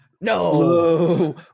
no